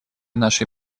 нашей